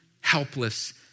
helpless